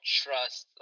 trust